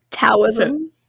Taoism